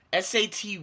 SAT